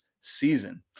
Season